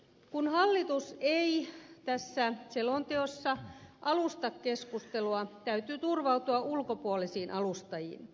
kun hallitus ei tässä selonteossa alusta keskustelua täytyy turvautua ulkopuolisiin alustajiin